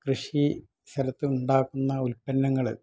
കൃഷി സ്ഥലത്ത് ഉണ്ടാക്കുന്ന ഉൽപ്പന്നങ്ങൾ